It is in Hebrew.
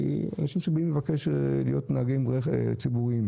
אנשים שבאים לבקש להיות נהגי רכב ציבורי,